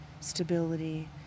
stability